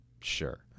Sure